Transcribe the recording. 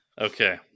Okay